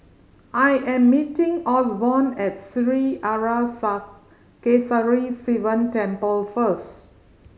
I am meeting Osborne at Sri Arasakesari Sivan Temple first